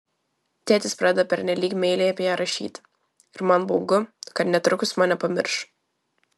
tėtis pradeda pernelyg meiliai apie ją rašyti ir man baugu kad netrukus mane pamirš